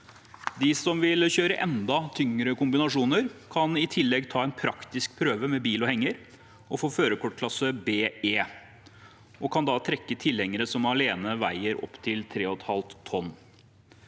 De som vil kjøre enda tyngre kombinasjoner, kan i tillegg ta en praktisk prøve med bil og henger og få førerkort klasse BE og kan da trekke tilhengere som alene veier opptil 3,5 tonn.